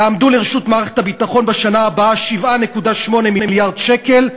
יעמדו לרשות מערכת הביטחון בשנה הבאה 7.8 מיליארד שקל,